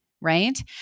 right